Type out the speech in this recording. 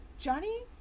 Johnny